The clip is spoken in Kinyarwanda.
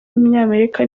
w’umunyamerika